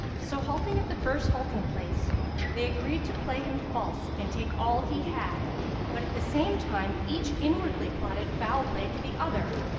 so halting at the first halting-place they agreed to play him false and take all he had but at the same time, each inwardly plotted foul play to the other,